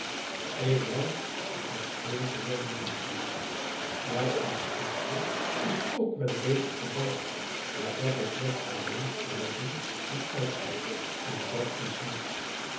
ik houd van heel gewone menschen jou aanstaande is ook wel een beetje pedant maar dat betreft alleen kleeding en uiterlijk en dàt is niets